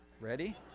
Ready